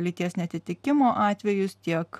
lyties neatitikimo atvejus tiek